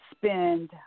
spend